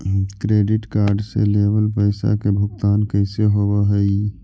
Credit card से लेवल पैसा के भुगतान कैसे होव हइ?